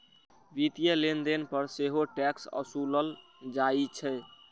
वित्तीय लेनदेन पर सेहो टैक्स ओसूलल जाइ छै